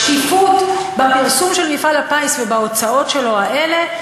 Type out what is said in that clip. שקיפות בפרסום של מפעל הפיס ובהוצאות שלו האלה,